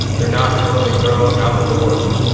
they're not going to really grow outdoors.